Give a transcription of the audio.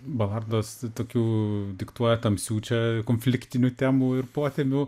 balardas tokių diktuoja tamsių čia konfliktinių temų ir potemių